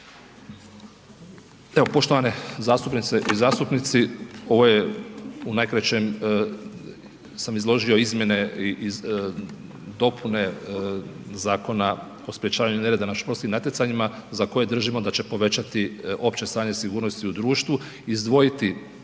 Evo poštovane zastupnice i zastupnici, ovo je u najkraćem sam izložio izmjene i dopune Zakona o sprječavanju nereda na športskim natjecanjima za koje držimo da će povećati opće stanje sigurnosti u društvu, izdvojiti